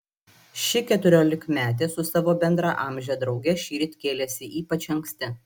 ši keturiolikmetė su savo bendraamže drauge šįryt kėlėsi ypač anksti